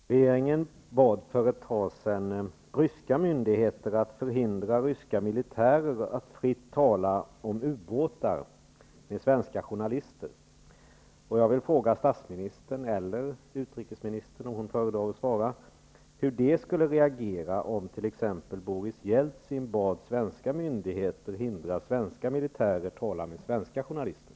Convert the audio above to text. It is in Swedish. Fru talman! Regeringen bad för ett tag sedan ryska myndigheter att förhindra ryska militärer att fritt tala om ubåtar med svenska journalister. Jag vill fråga statsministern eller utrikesministern -- om hon föredrar att svara -- hur de skulle reagera om t.ex. Boris Jeltsin bad svenska myndigheter att hindra svenska militärer från att tala med svenska journalister.